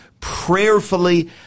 prayerfully